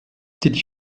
did